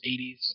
80s